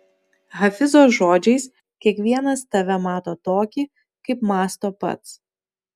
hafizo žodžiais kiekvienas tave mato tokį kaip mąsto pats